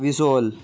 visual